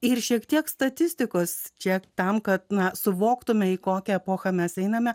ir šiek tiek statistikos čia tam kad suvoktume į kokią epochą mes einame